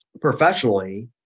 professionally